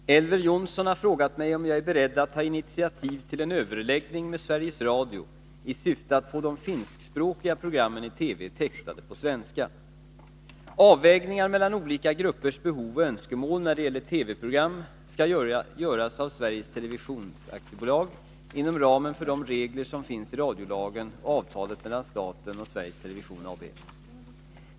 Fru talman! Elver Jonsson har frågat mig om jag är beredd att ta initiativ till en överläggning med Sveriges Radio i syfte att få de finskspråkiga programmen i TV textade på svenska. Avvägningar mellan olika gruppers behov och önskemål när det gäller TV-program skall göras av Sveriges Television AB inom ramen för de regler som finns i radiolagen och avtalet mellan staten och Sveriges Television AB.